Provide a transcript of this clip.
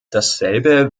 dasselbe